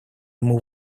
ему